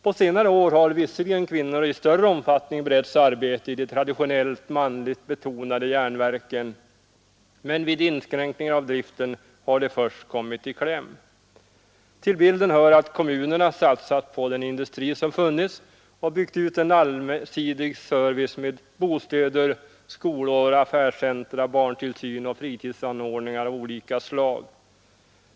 På senare år har visserligen kvinnor i större omfattning beretts arbete i de traditionellt manligt betonade järnverken, men vid inskränkningar av driften har de först kommit i kläm. Till bilden hör att kommunerna satsat på den industri som funnits och byggt ut en allsidig service med bostäder, skolor, affärscentra, barntillsyn och fritidsanordningar av olika slag.